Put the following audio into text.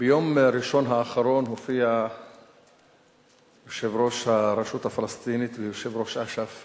האחרון הופיע יושב-ראש הרשות הפלסטינית ויושב-ראש אש"ף,